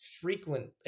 frequent